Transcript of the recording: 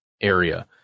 area